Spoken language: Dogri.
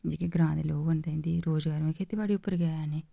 जेह्के ग्रांऽ दे लोक होंदे इं'दे रोजगार खेती बाड़ी उप्पर गै हैन ऐ